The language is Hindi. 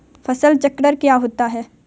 फसल चक्र क्या होता है?